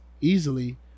easily